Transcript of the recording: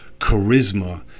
charisma